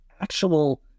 actual